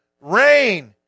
rain